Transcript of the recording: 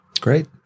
Great